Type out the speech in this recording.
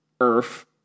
Earth